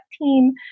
team